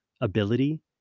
ability